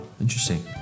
interesting